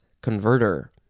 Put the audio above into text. converter